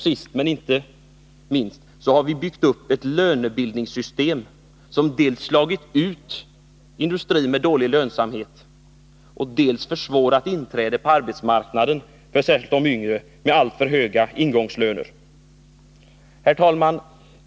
Sist men inte minst har vi byggt upp ett lönebildningssystem, som dels slagit ut industrier med dålig lönsamhet, dels försvårat inträdet på arbetsmarknaden för särskilt de yngre med alltför höga ingångslöner. Herr talman!